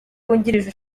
wungirije